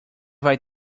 vai